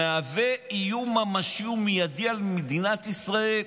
המהווה איום ממשי ומיידי על מדינת ישראל.